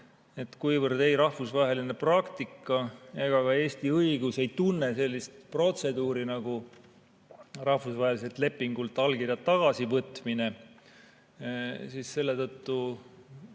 et kuna ei rahvusvaheline praktika ega ka Eesti õigus ei tunne sellist protseduuri nagu rahvusvaheliselt lepingult allkirja tagasivõtmine, siis on keeruline